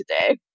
today